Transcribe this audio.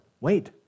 Wait